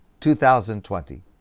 2020